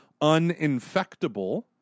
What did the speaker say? uninfectable